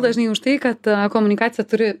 dažnai už tai kad komunikacija turi